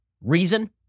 reason